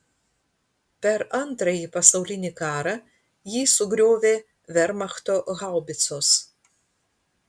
per antrąjį pasaulinį karą jį sugriovė vermachto haubicos